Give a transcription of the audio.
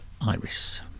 Iris